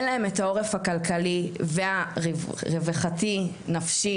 אין להם את העורף הכלכלי והרווחתי נפשי